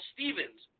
Stevens